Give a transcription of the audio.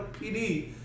PD